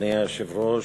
אדוני היושב-ראש,